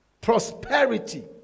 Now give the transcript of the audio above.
prosperity